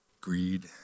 greed